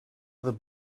the